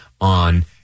on